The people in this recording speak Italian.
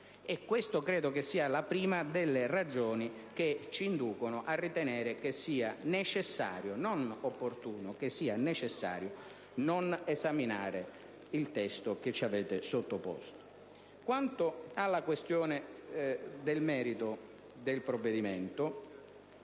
Questa credo sia la prima delle ragioni che ci inducono a ritenere che sia necessario - non opportuno, ma necessario - non esaminare il testo che ci avete sottoposto. Quanto al merito, per brevità